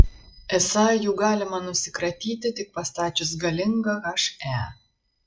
esą jų galima nusikratyti tik pastačius galingą he